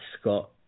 Scott